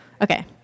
Okay